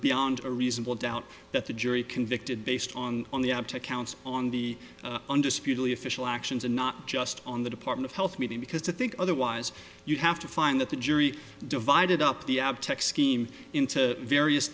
beyond a reasonable doubt that the jury convicted based on the optic counts on the undisputedly official actions and not just on the department of health meeting because to think otherwise you'd have to find that the jury divided up the out tech scheme into various